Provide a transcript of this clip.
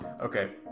Okay